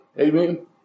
Amen